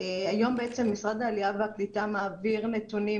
היום בעצם משרד העלייה והקליטה מעביר נתונים